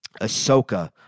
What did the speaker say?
Ahsoka